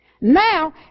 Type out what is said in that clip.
Now